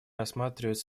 рассматривать